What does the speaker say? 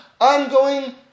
ongoing